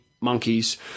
monkeys